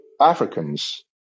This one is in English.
Africans